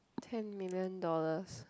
ten million dollars